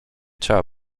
trzeba